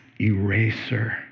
eraser